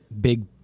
big